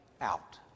out